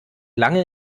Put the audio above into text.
lange